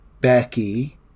Becky